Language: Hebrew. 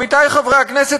עמיתי חברי הכנסת,